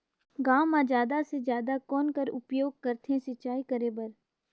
गांव म जादा से जादा कौन कर उपयोग करथे सिंचाई करे बर?